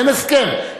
אין הסכם.